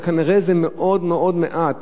אבל כנראה זה מאוד מאוד מעט.